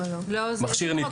לא, זה המשרד.